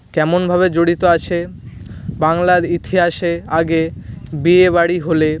কেমনভাবে জড়িত আছে বাংলার ইতিহাসে আগে বিয়ে বাড়ি হলে